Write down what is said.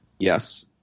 Yes